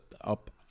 up